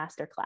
masterclass